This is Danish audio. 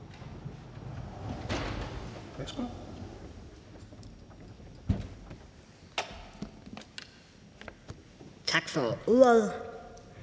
Tak for ordet.